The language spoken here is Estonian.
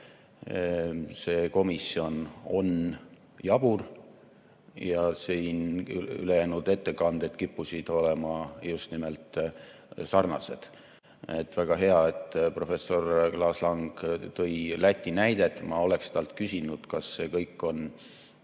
See komisjon on jabur. Ja siin ülejäänud ettekanded kippusid olema just nimelt sarnased. Väga hea, et professor Klaas-Lang tõi Läti näite. Ma oleksin talt küsinud, kas see kõik on